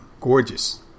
gorgeous